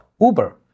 Uber